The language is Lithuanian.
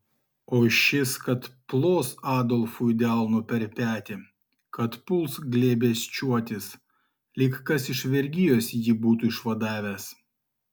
o šis kad plos adolfui delnu per petį kad puls glėbesčiuotis lyg kas iš vergijos jį būti išvadavęs